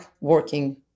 working